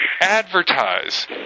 Advertise